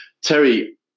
terry